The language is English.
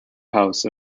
house